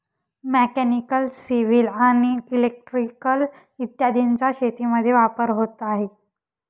mechanical, civil आणि electrical इत्यादींचा शेतीमध्ये वापर होत आहे